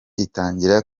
itangira